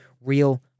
real